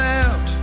out